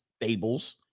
fables